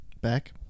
Back